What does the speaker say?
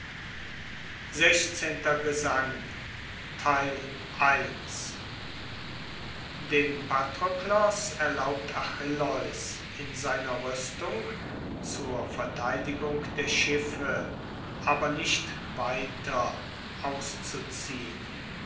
sechzehnter gesang dem patroklos erlaubt achilleus in seiner rüstung zur verteidigung der schiffe aber nicht weiter auszuziehn